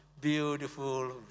beautiful